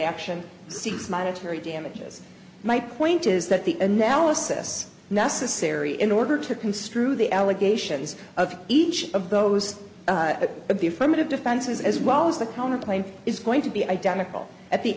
action seeks monetary damages my point is that the analysis necessary in order to construe the allegations of each of those of the affirmative defenses as well as the counterpoint is going to be identical at the